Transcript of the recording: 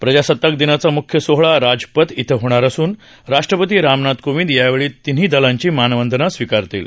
प्रजासत्ताक दिनाचा म्ख्य सोहळा राजपथ इथं होणार असून राष्ट्रपती रामनाथ कोविंद यावेळी तिन्ही दलांची मानवंदना स्वीकारतील